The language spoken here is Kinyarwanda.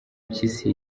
mpyisi